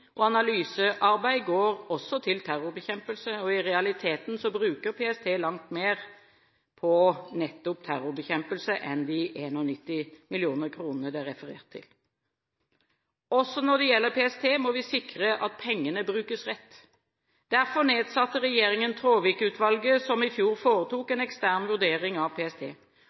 og analysearbeid – går også til terrorbekjempelse. I realiteten bruker PST langt mer på nettopp terrorbekjempelse enn de 91 mill. kr det er referert til. Også når det gjelder PST, må vi sikre at pengene brukes rett. Derfor nedsatte regjeringen Traavik-utvalget som i fjor foretok en ekstern vurdering av PST.